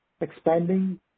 expanding